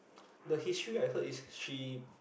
the history I heard is she